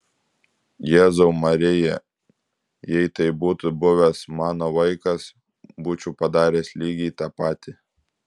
jėzau marija jei tai būtų buvęs mano vaikas būčiau padaręs lygiai tą patį